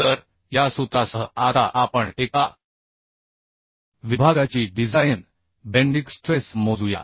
तर या सूत्रासह आता आपण एका विभागाची डिझाइन बेन्डिन स्ट्रेस मोजूया